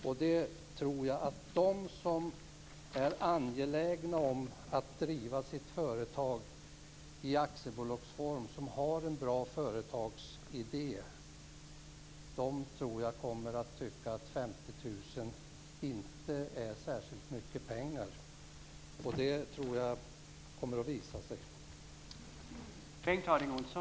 Jag tror att de som är angelägna om att driva sitt företag i aktiebolagsform och som har en bra företagsidé tycker att 50 000 kr inte är särskilt mycket pengar. Det kommer nog att visa sig att det är så.